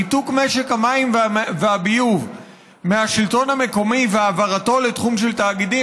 של ניתוק משק המים והביוב מהשלטון המקומי והעברתו לתחום של תאגידים,